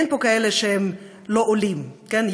אין פה כאלה שהם לא עולים, כן?